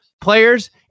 players